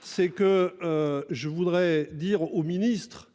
c'est. Que. Je voudrais dire au ministre